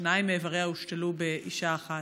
שניים מאיבריה הושתלו באישה אחת.